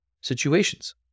situations